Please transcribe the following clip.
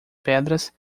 pedras